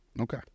Okay